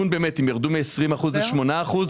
הם ירדו מ-20% ל-8%,